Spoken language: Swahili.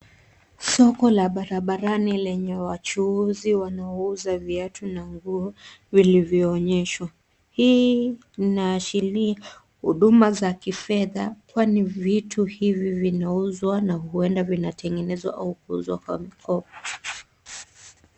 Soko la barabarani lenye wachuuzi wanaouza viatu na nguo, vilivyoonyeshwa. Hii inaashiria huduma za kifedha, kwani vitu hivi vinauzwa, na huenda vinatengenezwa au kuuzwa kwa mikopo.